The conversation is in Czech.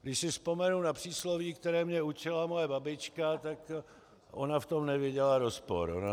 Když si vzpomenu na přísloví, které mě učila moje babička, tak ona v tom neviděla rozpor.